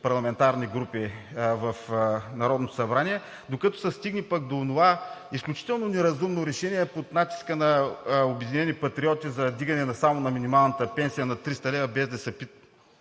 парламентарни групи в Народното събрание, докато се стигне до онова изключително неразумно решение, под натиска на „Обединени патриоти“ – за вдигане само на минималната пенсия на 300 лв., без да